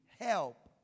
help